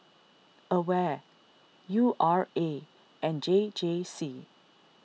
Aware U R A and J J C